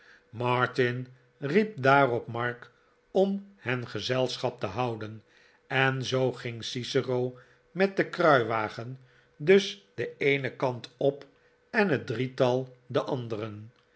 riep daarop mark om hen gezelschap te houden en zoo ging cicero met den kruiwagen dus den eenen kant op en het drietal den anderen